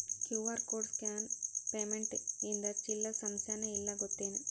QR code scan payment ಇಂದ ಚಿಲ್ಲರ್ ಸಮಸ್ಯಾನ ಇಲ್ಲ ಗೊತ್ತೇನ್?